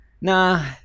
nah